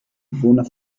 bewohner